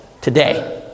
today